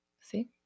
See